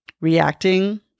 reacting